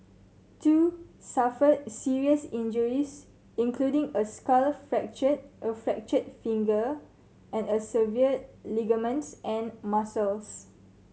two suffered serious injuries including a skull fracture a fractured finger and a severed ligaments and muscles